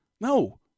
No